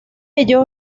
ello